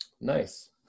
Nice